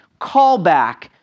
callback